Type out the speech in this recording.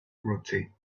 rotate